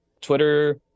twitter